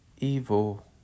evil